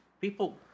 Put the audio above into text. people